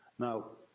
now,